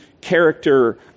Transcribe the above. character